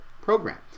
program